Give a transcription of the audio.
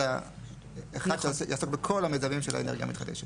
אלא אחד שיעסוק בכל המיזמים של האנרגיה המתחדשת.